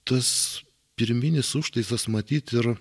tas pirminis užtaisas matyt ir